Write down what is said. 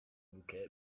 bouquet